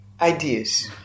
ideas